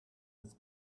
its